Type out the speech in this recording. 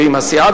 ועם הסיעה,